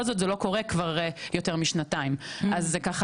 אז זה ככה עוד אינדיקציה לצורך לשפר את המנגנונים